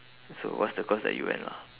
so what's the course that you went lah